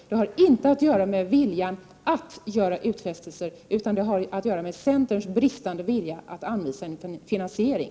Detta har inte att göra med viljan att göra utfästelser utan med centerns bristande vilja att anvisa en finansiering.